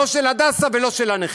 לא של הדסה ולא של הנכים.